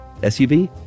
SUV